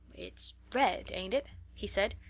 it's red, ain't it? he said.